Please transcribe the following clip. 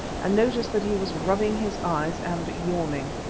and noticed that he was rubbing his eyes and yawning.